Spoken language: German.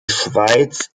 schweiz